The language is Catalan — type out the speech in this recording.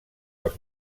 els